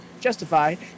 justified